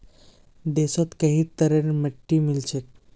देशत कई तरहरेर मिट्टी मिल छेक